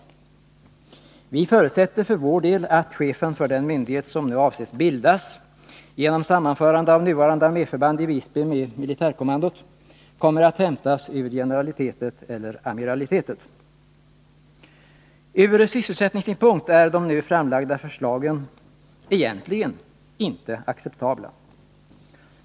Vi förutsätter för vår del att chefen för den myndighet som nu avses bildas genom sammanförande av nuvarande arméförband i Visby med militärkommandot kommer att hämtas ur generalitetet eller amiralitetet. Ur sysselsättningssynpunkt är de nu framlagda förslagen egentligen inte acceptabla.